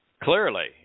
clearly